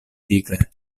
vigle